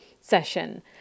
session